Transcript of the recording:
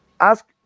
ask